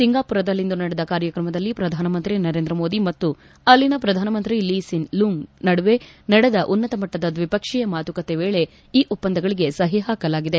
ಸಿಂಗಾಪುರದಲ್ಲಿಂದು ನಡೆದ ಕಾರ್ಯಕ್ರಮದಲ್ಲಿ ಪ್ರಧಾನಮಂತ್ರಿ ನರೇಂದ್ರ ಮೋದಿ ಮತ್ತು ಅಲ್ಲಿನ ಪ್ರಧಾನಂತ್ರಿ ಲೀ ಸಿನ್ ಲೂಂಗ್ ನಡುವೆ ನಡೆದ ಉನ್ನತಮಟ್ಟದ ದ್ವಿಪಕ್ಷೀಯ ಮಾತುಕತೆ ವೇಳೆ ಈ ಒಪ್ಪಂದಗಳಗೆ ಸಹಿ ಹಾಕಲಾಗಿದೆ